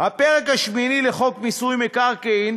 הפרק השמיני לחוק מיסוי מקרקעין,